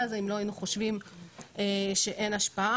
הזה אם לא היינו חושבים שאין השפעה,